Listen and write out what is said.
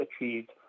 achieved